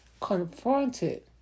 confronted